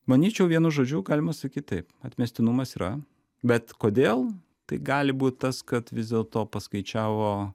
manyčiau vienu žodžiu galima sakyt taip atmestinumas yra bet kodėl tai gali būt tas kad vis dėlto paskaičiavo